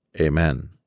Amen